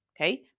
Okay